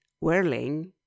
whirling